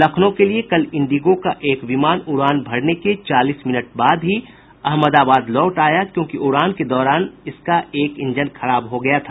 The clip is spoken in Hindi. लखनऊ के लिए कल इंडिगो का एक विमान उड़ान भरने के चालीस मिनट बाद ही अहमदाबाद लौट आया क्योंकि उड़ान के दौरान इसका एक इंजन खराब हो गया था